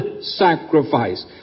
sacrifice